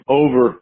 over